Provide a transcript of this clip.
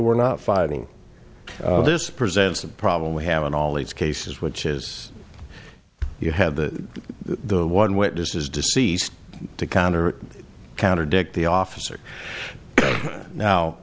were not fighting this presents a problem we have in all these cases which is you have the the one witness is deceased to counter counter dick the officer